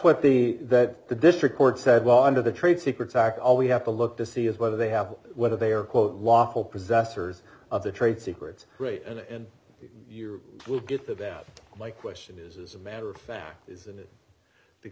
what the that the district court said well under the trade secrets act all we have to look to see is whether they have whether they are quote lawful possessors of the trade secrets rate and you will get that down my question is as a matter of fact isn't it the